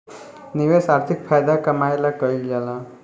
निवेश आर्थिक फायदा कमाए ला कइल जाला